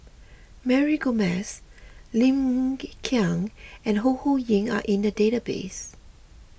Mary Gomes Lim Hng Kiang and Ho Ho Ying are in the database